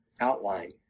outline